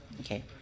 Okay